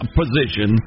position